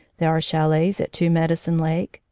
there are chalets at two-medicine lake,